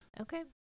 Okay